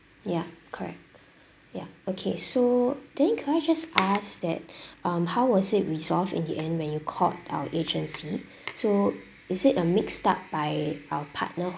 ya correct ya okay so then could I just ask that um how was it resolved in the end when you called our agency so is it a mixed up by our partner